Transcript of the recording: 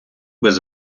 без